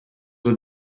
were